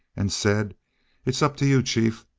and said it's up to you, chief.